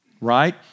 right